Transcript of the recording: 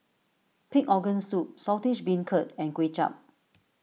Pig Organ Soup Saltish Beancurd and Kuay Chap